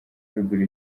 kwigurira